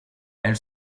elle